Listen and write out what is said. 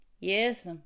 Yes